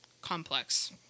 complex